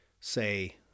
Say